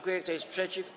Kto jest przeciw?